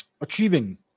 achieving